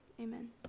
Amen